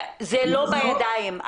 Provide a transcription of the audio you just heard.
זה לא בידיים.